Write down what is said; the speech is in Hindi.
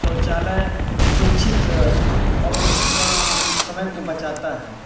सौचालय सुरक्षित और स समय को बचाता हैं